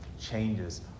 changes